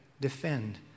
defend